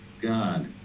God